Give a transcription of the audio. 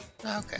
Okay